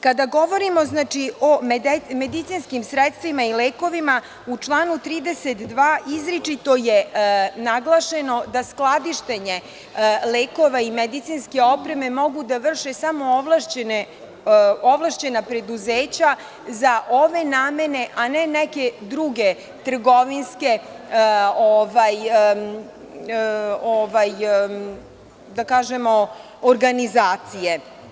Kada govorimo o medicinskim sredstvima i lekovima u članu 32. izričito je naglašeno da skladištenje lekova i medicinske opreme mogu da vrše samo ovlašćena preduzeća za ove namene, a ne neke druge trgovinske, da kažem, organizacije.